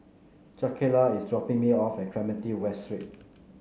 Jakayla is dropping me off at Clementi West Street